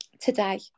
Today